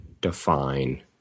define